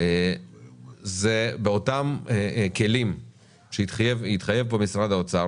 באותם כלים שהתחייב פה משרד האוצר,